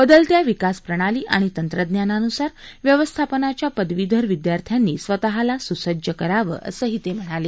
बदलत्या विकास प्रणाली आणि तंत्रज्ञानान्सार व्यवस्थापनाच्या पदवीधर विद्यार्थ्यांनी स्वतःला सुसज्ज करावं असंही ते म्हणाले